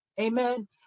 amen